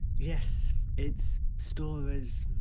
yes, it's stories,